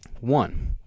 One